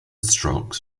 strokes